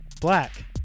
black